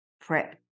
prep